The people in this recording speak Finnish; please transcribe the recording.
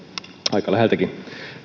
aika läheltäkin